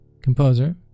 composer